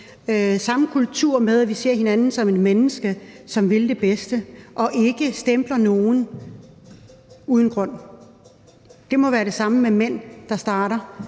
for kvinder, sådan at vi ser hinanden som mennesker, som vil det bedste, og ikke stempler nogen uden grund. Det må være det samme med mænd, der starter